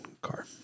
car